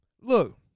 Look